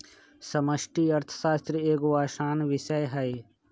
समष्टि अर्थशास्त्र एगो असान विषय हइ